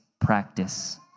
practice